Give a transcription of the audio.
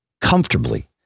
comfortably